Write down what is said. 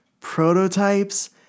Prototypes